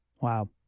Wow